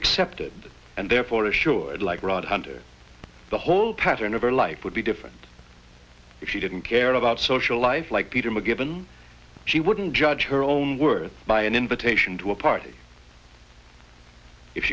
accepted and therefore assured like rod hunter the whole pattern of her life would be different if she didn't care about social life like peter macgibbon she wouldn't judge her own words by an invitation to a party if